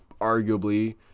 arguably